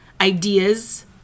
ideas